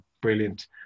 brilliant